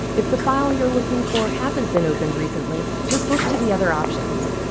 if the file you're looking for hasn't been opened recently, just look to the other options.